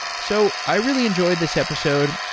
so i really enjoyed this episode.